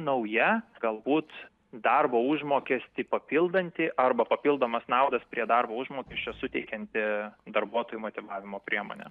nauja galbūt darbo užmokestį papildanti arba papildomas naudas prie darbo užmokesčio suteikianti darbuotojų motyvavimo priemonė